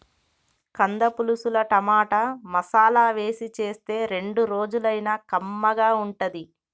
కంద పులుసుల టమాటా, మసాలా వేసి చేస్తే రెండు రోజులైనా కమ్మగా ఉంటది